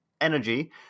energy